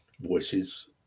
voices